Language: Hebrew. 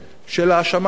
של האשמה עצמית.